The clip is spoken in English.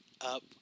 up